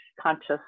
conscious